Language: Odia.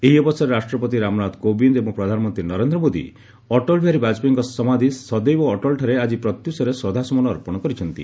ଏହି ଅବସରରେ ରାଷ୍ଟ୍ରପତି ରାମନାଥ କୋବିନ୍ଦ ଏବଂ ପ୍ରଧାନମନ୍ତ୍ରୀ ନରେନ୍ଦ୍ର ମୋଦି ଅଟଳ ବିହାରୀ ବାଜପେୟୀଙ୍କ ସମାଧି ସଦୈବ ଅଟଳଠାରେ ଆକି ପ୍ରତ୍ୟୁଷରେ ଶ୍ରଦ୍ଧାସୁମନ ଅର୍ପଣ କରିଛନ୍ତି